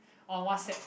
on WhatsApp